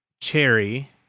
cherry